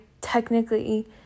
technically